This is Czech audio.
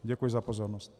Děkuji za pozornost.